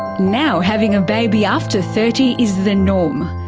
now having a baby after thirty is the norm,